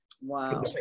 Wow